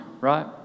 right